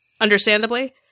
understandably